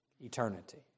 eternity